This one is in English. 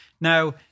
Now